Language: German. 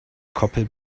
koppel